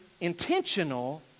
intentional